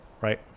right